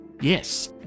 Yes